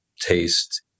taste